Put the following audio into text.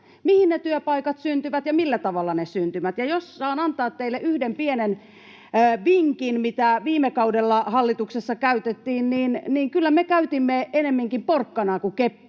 Mihin ne työpaikat syntyvät, ja millä tavalla ne syntyvät? Ja jos saan antaa teille yhden pienen vinkin, mitä viime kaudella hallituksessa käytettiin, niin kyllä me käytimme ennemminkin porkkanaa kuin keppiä,